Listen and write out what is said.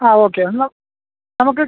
ആ ഓക്കെ എന്നാൽ നമുക്ക്